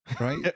right